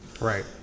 Right